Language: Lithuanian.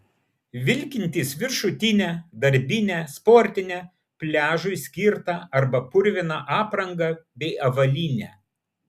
vilkintys viršutinę darbinę sportinę pliažui skirtą arba purviną aprangą bei avalynę